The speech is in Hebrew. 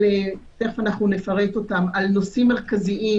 תיכף אנחנו נפרט על נושאים מרכזיים,